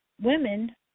women